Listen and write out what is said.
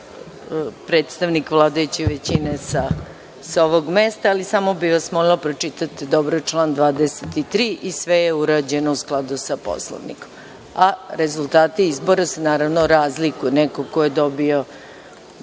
predstavnik vladajuće većine, ali bih vas molila da pročitate dobro član 23. i sve je urađeno u skladu sa Poslovnikom, a rezultati izbora se naravno razlikuju. Neko ko je dobio